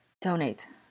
Donate